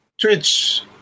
Twitch